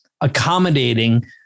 accommodating